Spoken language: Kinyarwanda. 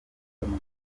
mukuru